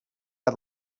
add